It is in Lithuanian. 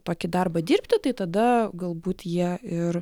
tokį darbą dirbti tai tada galbūt jie ir